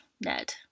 Ned